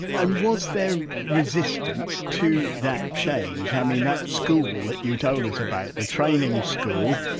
and was there resistance to that change? i mean that school, that you told us about, the training school,